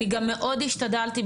אני גם מאוד השתדלתי,